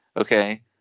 Okay